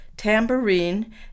tambourine